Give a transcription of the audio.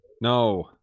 No